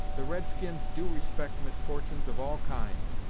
the red-skins do respect misfortunes of all kinds,